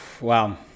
Wow